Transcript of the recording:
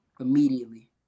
immediately